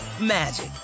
magic